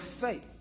faith